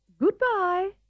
Goodbye